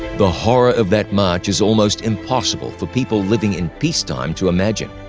the horror of that march is almost impossible for people living in peacetime to imagine.